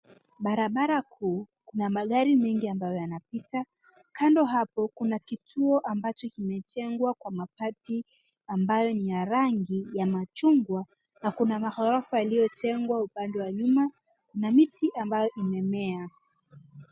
Barabara kuu, kuna magari mengi ambayo yanapita. Kando hapo, kuna kituo ambacho kimejengwa kwa mabati ambayo ni ya rangi ya machungwa na kuna maghorofa yaliyojengwa upande wa nyuma na miti ambayo imemea.